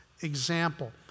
example